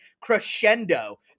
crescendo